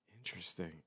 Interesting